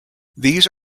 these